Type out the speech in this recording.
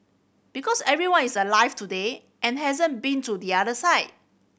because everyone is alive today and hasn't been to the other side